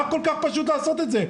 מה כל כך מסובך לעשות את זה?